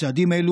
צעדים אלה,